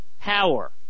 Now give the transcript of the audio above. power